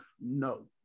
No